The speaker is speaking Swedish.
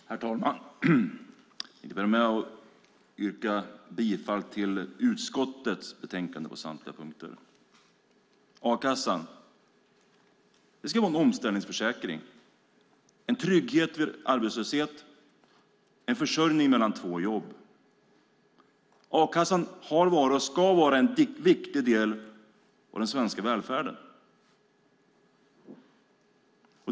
Herr talman! Jag tänkte börja med att yrka bifall till förslaget i utskottets betänkande på samtliga punkter. A-kassan ska vara en omställningsförsäkring, en trygghet vid arbetslöshet, en försörjning mellan två jobb. A-kassan har varit och ska vara en viktig del av den svenska välfärden.